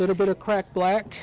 little bit of crack black